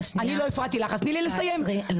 תעצרי.